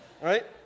right